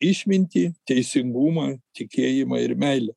išmintį teisingumą tikėjimą ir meilę